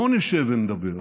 בוא נשב ונדבר.